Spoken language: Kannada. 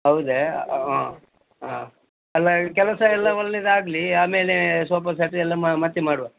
ಹೌದಾ ಹಾಂ ಹಾಂ ಅಲ್ಲ ಕೆಲಸ ಎಲ್ಲ ಒಳ್ಳೇದು ಆಗಲಿ ಆಮೇಲೆ ಸೋಪಾ ಸೆಟ್ ಎಲ್ಲ ಮತ್ತು ಮಾಡುವ